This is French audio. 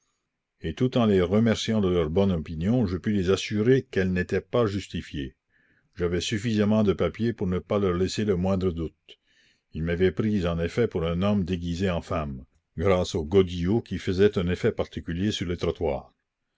et tout en les remerciant de leur bonne opinion je pus les assurer qu'elle n'était pas justifiée j'avais suffisamment de papiers pour ne pas leur laisser le moindre doute ils m'avaient prise en effet pour un homme déguisé en femme grâce aux godillots qui faisaient un effet particulier sur les trottoirs